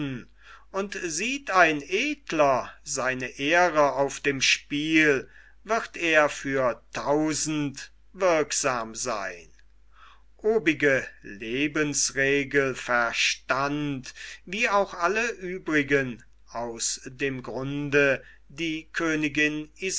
und sieht ein edler seine ehre auf dem spiel wird er für tausend wirksam seyn obige lebensregel verstand wie auch alle übrigen aus dem grunde die königin